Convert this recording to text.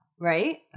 Right